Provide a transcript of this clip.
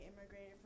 immigrated